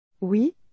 Oui